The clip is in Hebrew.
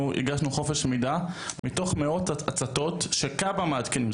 אנחנו הגשנו בקשה לחופש מידע ומתוך מאות הצתות שכב"ה מעדכן,